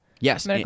Yes